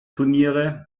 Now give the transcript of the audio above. turniere